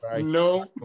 No